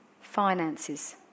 finances